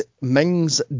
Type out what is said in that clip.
Ming's